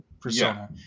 persona